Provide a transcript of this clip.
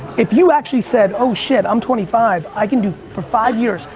if you actually said, oh shit, i'm twenty five. i can do for five years,